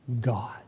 God